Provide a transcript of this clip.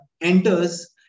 enters